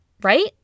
right